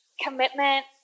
commitment